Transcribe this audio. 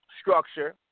structure